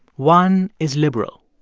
one is liberal,